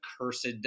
cursed